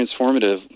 transformative